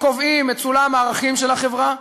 קובעים את סולם הערכים של החברה,